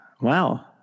Wow